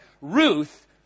Ruth